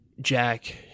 Jack